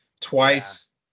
twice